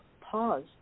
pause